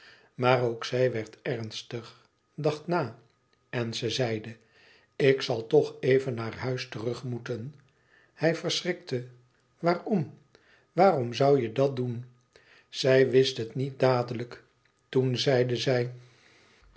maar ook zij werd ernstig dacht na en ze zeide ik zal toch nog even naar huis terug moeten hij verschrikte waarom waarvoor zoû je dat doen zij wist het niet dadelijk toen zeide zij